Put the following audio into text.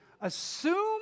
Assume